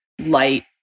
light